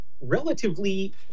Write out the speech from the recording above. relatively